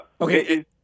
Okay